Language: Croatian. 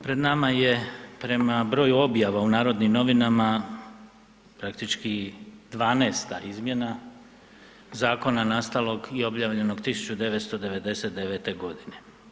Pred nama je prema broju objava u Narodnim novinama praktički 12-ta izmjena zakona nastalog i objavljenog 1999. godine.